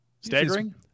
staggering